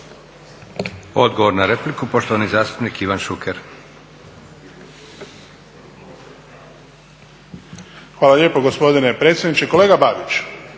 Odgovor na repliku, poštovani zastupnik Ivan Šuker. **Šuker, Ivan (HDZ)** Hvala lijepo gospodine predsjedniče. Kolega Babić,